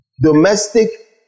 domestic